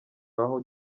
aho